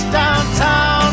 downtown